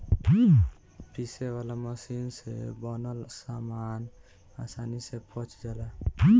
पीसे वाला मशीन से बनल सामान आसानी से पच जाला